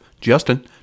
justin